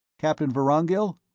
captain vorongil?